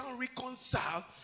reconcile